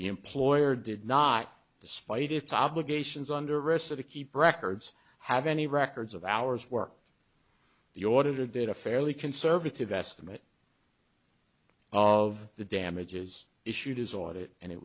employer did not despite its obligations under arrest or to keep records have any records of hours work the auditor did a fairly conservative estimate of the damages issued as audit